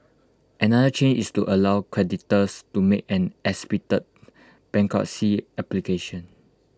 another change is to allow creditors to make an expedited bankruptcy application